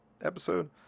episode